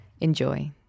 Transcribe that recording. enjoy